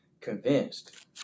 convinced